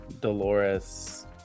dolores